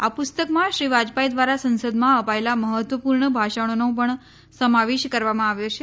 આ પુસ્તકમાં શ્રી વાજપાઈ દ્રારા સંસદમાં અપાયેલા મહત્વપૂર્ણ ભાષણોનો પણ સમાવેશ કરવામાં આવ્યો છે